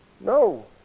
No